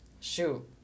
shoot